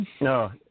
No